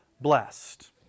blessed